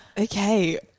Okay